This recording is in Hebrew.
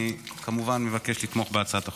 אני כמובן מבקש לתמוך בהצעת החוק.